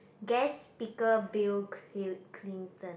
guest speaker Bill cli~ Clinton